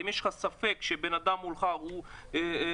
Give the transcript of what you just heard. אם יש לך ספק שבן אדם מולך הוא אשם,